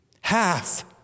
Half